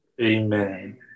Amen